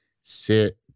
sit